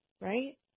right